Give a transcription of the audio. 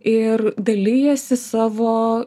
ir dalijasi savo